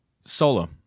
Solo